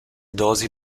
dosi